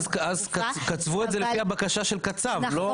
אז קצבו את זה לפי הבקשה של קצב לא?